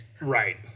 Right